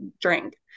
drink